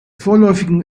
vorläufigen